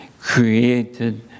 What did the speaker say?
created